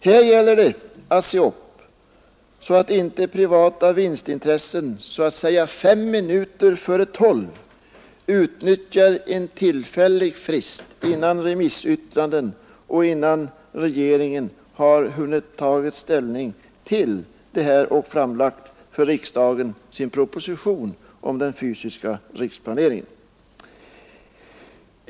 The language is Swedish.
Här gäller det att se upp, så att inte privata vinstintressen så att säga fem minuter före tolv utnyttjar en tillfällig frist, innan remisyttrandena inkommit och behandlats och regeringen har hunnit ta ställning till och för riksdagen framlägga sin proposition om den fysiska riksplaneringen.